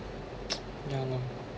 ya lor